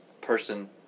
Person